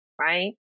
right